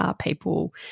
people